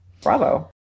bravo